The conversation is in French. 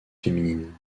féminine